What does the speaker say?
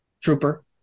trooper